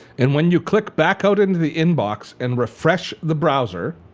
and when you click back out into the inbox and refresh the browser,